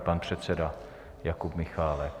Pan předseda Jakub Michálek.